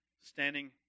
Standing